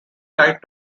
tight